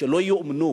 לא יאומנו.